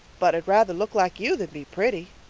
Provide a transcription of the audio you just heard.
but i'd rather look like you than be pretty,